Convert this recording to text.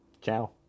Ciao